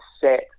set